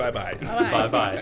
bye bye bye